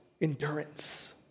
endurance